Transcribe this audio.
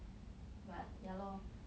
but ya lor